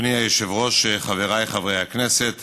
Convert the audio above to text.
אדוני היושב-ראש, חבריי חברי הכנסת,